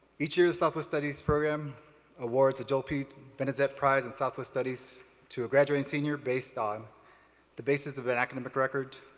each year the southwest studies program awards the joel p. benezet prize in southwest studies to a graduating senior based on the basis of an academic record,